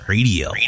Radio